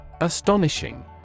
Astonishing